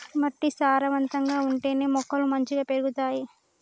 మట్టి సారవంతంగా ఉంటేనే మొక్కలు మంచిగ పెరుగుతాయి